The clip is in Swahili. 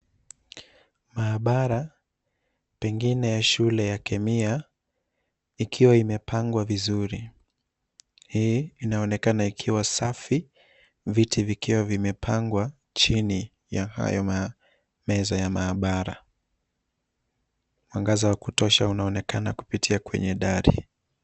Maabara pengine ya shule ya kemia, ikiwa imepangwa vizuri, hii inaonekana ikiwa safi, viti vikiwa vimepangwa chini ya hayo meza ya maabara. Mwangaza wa kutosha unaonekana kupitia kwenye dari.